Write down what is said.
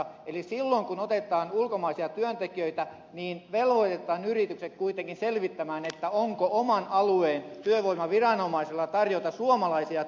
eli silloin kun otetaan ulkomaisia työntekijöitä niin velvoitetaan yritykset kuitenkin selvittämään onko oman alueen työvoimaviranomaisella tarjota suomalaisia työttömiä